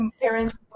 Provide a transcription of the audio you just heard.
parents